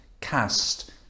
cast